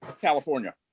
California